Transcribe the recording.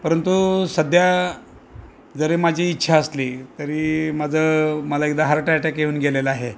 परंतु सध्या जरी माझी इच्छा असली तरी माझं माझा एकदा हार्ट अटॅक येऊन गेलेला आहे